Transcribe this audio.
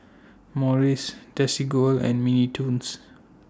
Morries Desigual and Mini Toons